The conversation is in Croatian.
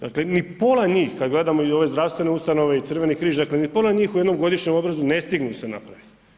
Dakle, mi pola njih kad gledamo i ove zdravstvene ustanove i Crveni križ, dakle mi pola njih u jednom godišnjem obradu ne stignu se napraviti.